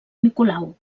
nicolau